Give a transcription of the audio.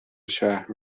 شهر